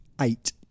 eight